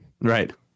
Right